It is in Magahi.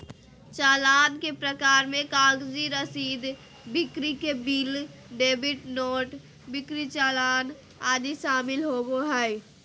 चालान के प्रकार मे कागजी रसीद, बिक्री के बिल, डेबिट नोट, बिक्री चालान आदि शामिल होबो हय